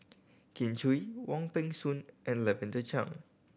Kin Chui Wong Peng Soon and Lavender Chang